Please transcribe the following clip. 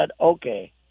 okay